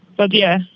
but, yeah,